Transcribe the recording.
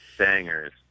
Bangers